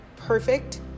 Perfect